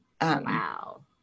Wow